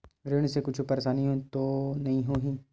ऋण से कुछु परेशानी तो नहीं होही?